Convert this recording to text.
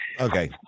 Okay